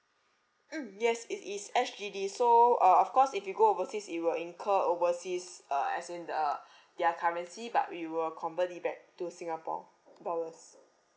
mm yes it is S_G_D so uh of course if you go overseas you will incur overseas uh as in uh their currency but we will convert it back to singapore dollars